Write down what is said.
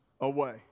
away